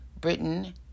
Britain